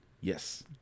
yes